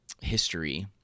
history